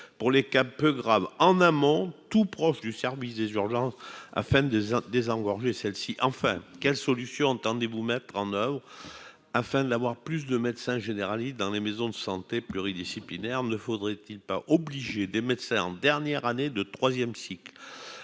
pour les cas peu grave en amont, tout proche du service des urgences afin de désengorger celle-ci enfin quelle solution entendez-vous mettre en oeuvre afin d'avoir plus de médecins généralistes dans les maisons de santé pluridisciplinaires, ne faudrait-il pas obliger des médecins en dernière année de 3ème cycle a